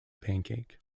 pancake